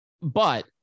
But-